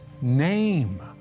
name